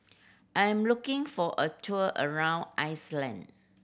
I am looking for a tour around Iceland